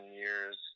years